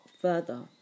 further